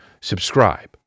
subscribe